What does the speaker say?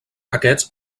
aquests